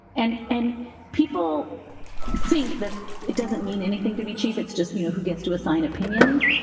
and and people think that it doesn't mean anything to be chief, it's just you know who gets to assign opinions.